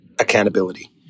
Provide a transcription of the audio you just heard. accountability